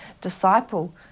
disciple